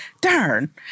darn